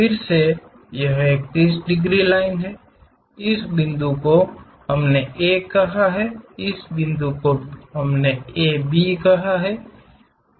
फिर से यह एक 30 डिग्री लाइन है इस बिंदु को हमने A कहा है इस बिंदु को हमने A कहा है यह B है